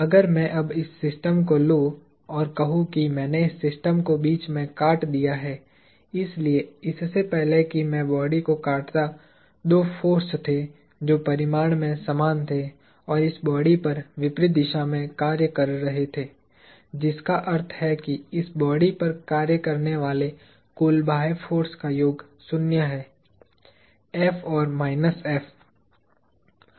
अगर मैं अब इस सिस्टम को ले लूं और कहूं कि मैंने इस सिस्टम को बीच में काट दिया इसलिए इससे पहले कि मैं बॉडी को काटता दो फोर्स थे जो परिमाण में समान थे और इस बॉडी पर विपरीत दिशा में कार्य कर रहे थे जिसका अर्थ है कि इस बॉडी पर कार्य करने वाले कुल बाह्य फोर्स का योग शून्य है F और माइनस F